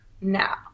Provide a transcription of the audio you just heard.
now